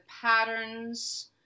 patterns